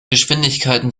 geschwindigkeiten